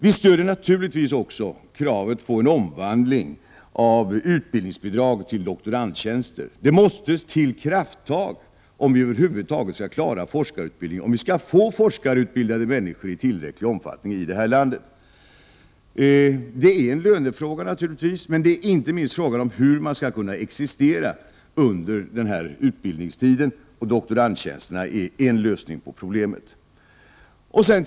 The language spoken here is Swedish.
Vi stödjer naturligtvis också kravet på en omvandling av utbildningsbidragen till doktorandtjänster. Det måste till krafttag, om vi över huvud taget skall klara forskarutbildningen, om vi skall få några forskarutbildade människor i tillräcklig omfattning i det här landet. Det är naturligtvis en lönefråga, men det är också och inte minst en fråga om hur man skall kunna existera under utbildningstiden, och doktorandtjänsterna är en lösning på det problemet.